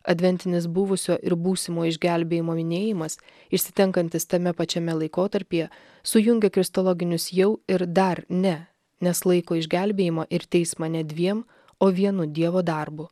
adventinis buvusio ir būsimo išgelbėjimo minėjimas išsitenkantis tame pačiame laikotarpyje sujungia kristologinius jau ir dar ne nes laiko išgelbėjimą ir teismą ne dviem o vienu dievo darbu